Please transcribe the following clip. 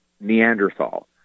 Neanderthal